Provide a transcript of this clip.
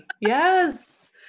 Yes